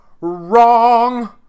Wrong